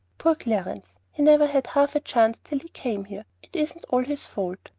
poor clarence! he never had half a chance till he came here. it isn't all his fault.